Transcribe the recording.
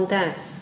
death